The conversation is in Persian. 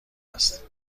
است